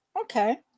Okay